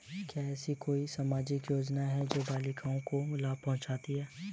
क्या ऐसी कोई सामाजिक योजनाएँ हैं जो बालिकाओं को लाभ पहुँचाती हैं?